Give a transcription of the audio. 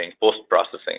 post-processing